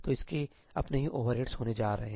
तो इसके अपने ही ओवरहेड्स होने जा रहा है